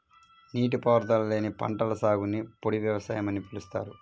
నీటిపారుదల లేని పంటల సాగుని పొడి వ్యవసాయం అని పిలుస్తారు